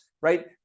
Right